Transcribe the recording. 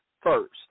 first